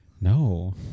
No